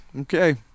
Okay